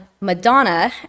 Madonna